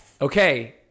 Okay